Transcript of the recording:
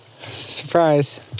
Surprise